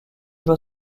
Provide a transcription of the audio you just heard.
doit